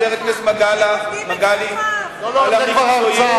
חבר הכנסת מגלי והבה,